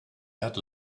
had